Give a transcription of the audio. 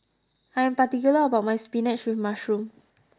I'm particular about my spinach with mushroom